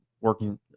working